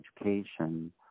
education